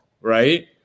right